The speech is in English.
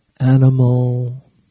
Animal